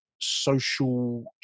social